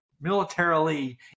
militarily